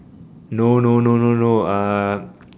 no no no no no uh